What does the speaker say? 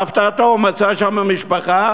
להפתעתו הוא מצא שם משפחה,